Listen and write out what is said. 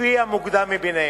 לפי המוקדם מביניהם.